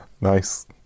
Nice